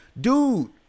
dude